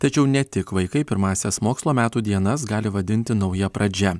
tačiau ne tik vaikai pirmąsias mokslo metų dienas gali vadinti nauja pradžia